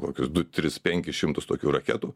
kokius du tris penkis šimtus tokių raketų